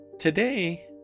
Today